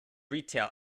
retail